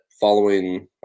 following